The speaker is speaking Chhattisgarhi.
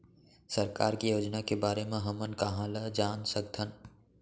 सरकार के योजना के बारे म हमन कहाँ ल जान सकथन?